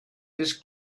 this